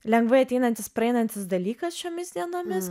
lengvai ateinantis praeinantis dalykas šiomis dienomis